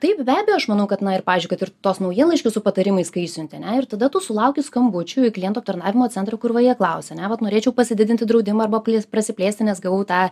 taip be abejo aš manau kad na ir pavyzdžiui kad ir tuos naujienlaiškius su patarimais kai išsiunti ane ir tada tu sulauki skambučių į klientų aptarnavimo centrą kur va jie klausia ane vat norėčiau pasididinti draudimą arba prasiplėsti nes gavau tą